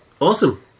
awesome